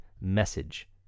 message